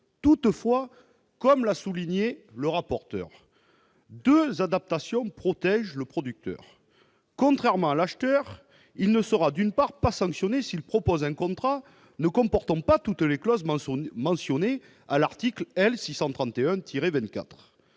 Toutefois, comme l'a souligné le rapporteur, deux adaptations protègent ces derniers : d'une part, contrairement à l'acheteur, le producteur ne sera pas sanctionné s'il propose un contrat ne comportant pas toutes les clauses mentionnées à l'article L. 631-24